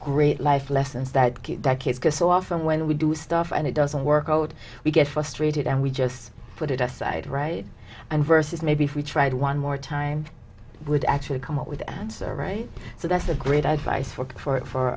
great life lessons that decades because so often when we do stuff and it doesn't work out we get frustrated and we just put it aside right and versus maybe if we tried one more time would actually come up with the answer right so that's the great advice for for